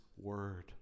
Word